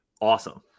awesome